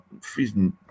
freezing